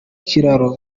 kiraro